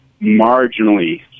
marginally